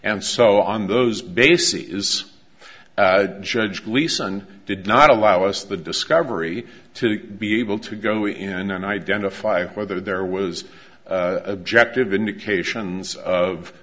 and so on those bases is judge gleason did not allow us the discovery to be able to go in and identify whether there was objecting to indications of